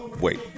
wait